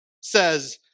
says